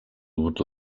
would